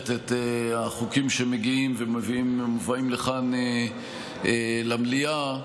את החוקים שמגיעים ומובאים לכאן למליאה.